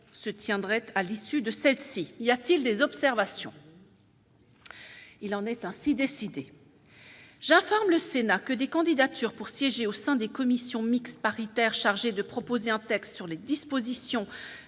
soutient Brett, à l'issue de celle-ci, y a-t-il des observations. Il en est ainsi décidé j'informe le Sénat que des candidatures pour siéger au sein des commissions mixtes paritaires chargées de proposer un texte sur les dispositions